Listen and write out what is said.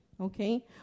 okay